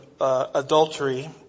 adultery